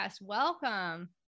Welcome